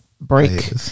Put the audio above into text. break